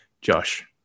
Josh